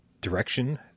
direction